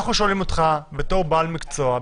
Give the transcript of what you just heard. אנחנו שואלים אותך בתור בעל מקצוע,